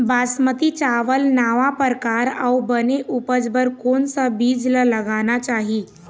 बासमती चावल नावा परकार अऊ बने उपज बर कोन सा बीज ला लगाना चाही?